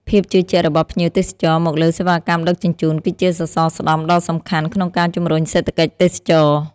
ភាពជឿជាក់របស់ភ្ញៀវទេសចរមកលើសេវាកម្មដឹកជញ្ជូន គឺជាសសរស្តម្ភដ៏សំខាន់ក្នុងការជំរុញសេដ្ឋកិច្ចទេសចរណ៍។